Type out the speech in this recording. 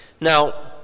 Now